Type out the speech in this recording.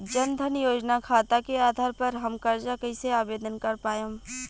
जन धन योजना खाता के आधार पर हम कर्जा कईसे आवेदन कर पाएम?